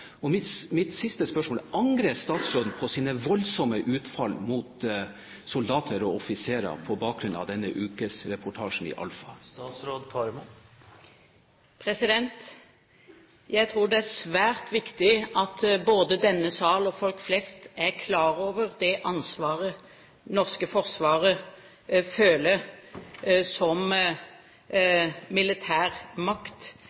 Mitt spørsmål er: Angrer statsråden på sine voldsomme utfall mot soldater og offiserer på bakgrunn av denne ukesreportasjen i Alfa? Jeg tror det er svært viktig at både denne sal og folk flest er klar over det ansvaret det norske forsvaret føler som